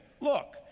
Look